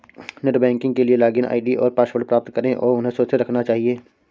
net banking के लिए login ID और पासवर्ड प्राप्त करें और उन्हें सुरक्षित रखना चहिये